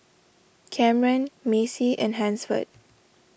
Camren Macy and Hansford